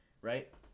right